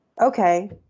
okay